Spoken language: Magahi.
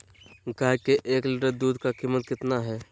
गाय के एक लीटर दूध का कीमत कितना है?